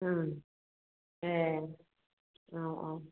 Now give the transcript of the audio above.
ए औ औ